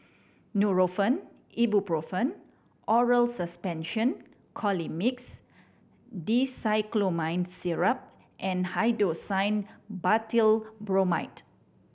Nurofen Ibuprofen Oral Suspension Colimix Dicyclomine Syrup and Hyoscine Butylbromide